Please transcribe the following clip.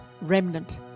remnant